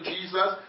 Jesus